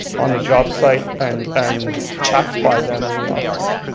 on the job site, and and checked by them in the office.